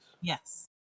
Yes